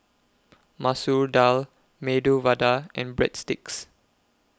Masoor Dal Medu Vada and Breadsticks